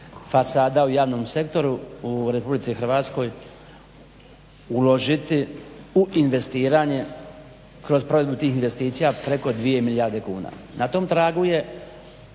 fasada u javnom sektoru u Republici Hrvatskoj uložiti u investiranje kroz provedbu tih investicija preko 2 milijarde kuna. Na tom tragu je